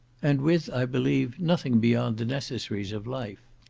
and with, i believe, nothing beyond the necessaries of life.